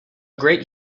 great